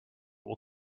will